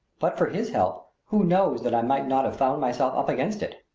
but for his help, who knows that i might not have found myself up against it?